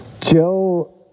Joe